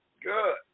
Good